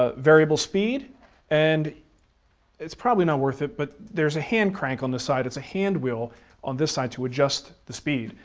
ah variable speed and it's probably not worth it, but there's a hand crank on the side. it's a hand wheel on this side to adjust the speed.